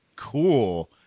Cool